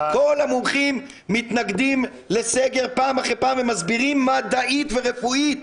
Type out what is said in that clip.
כל המומחים מתנגדים לסגר פעם אחרי פעם ומסבירים מדעית ורפואית